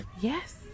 yes